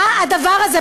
מה הדבר הזה?